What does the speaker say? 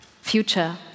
future